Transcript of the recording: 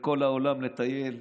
לכל העולם ולטייל.